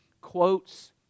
quotes